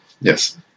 Yes